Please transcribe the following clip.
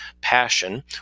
passion